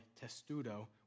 testudo